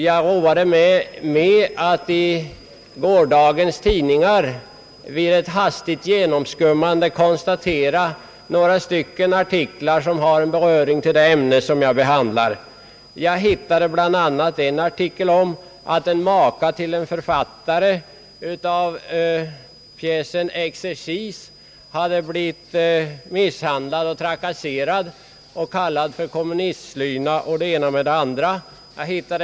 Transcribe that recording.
Jag roade mig med att hastigt skumma igenom gårdagens tidningar och fann några artiklar som har beröring med det ämne vi behandlar i dag. Jag hittade bl.a. en artikel om att makan till en av författarna till pjäsen Exercis hade blivit misshandlad och trakasserad och kallad för kommunistslyna och annat.